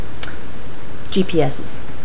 GPSs